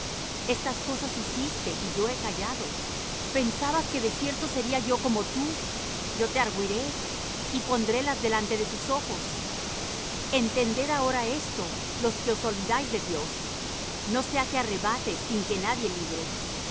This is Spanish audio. estas cosas hiciste y yo he callado pensabas que de cierto sería yo como tú yo te argüiré y pondré las delante de tus ojos entended ahora esto los que os olvidáis de dios no sea que arrebate sin que nadie libre